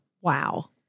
Wow